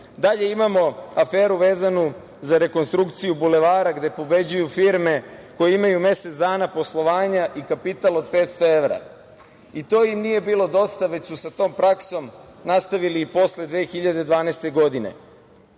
imamo aferu za rekonstrukciju Bulevara, gde pobeđuju firme koje imaju mesec dana poslovanja i kapital od 500 evra. To im nije bilo dosta, već su sa tom praksom nastavili i posle 2012. godine,